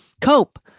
cope